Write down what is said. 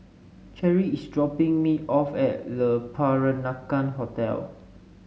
Cherry is dropping me off at Le Peranakan Hotel